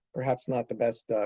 perhaps not the best